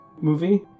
movie